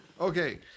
Okay